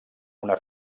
una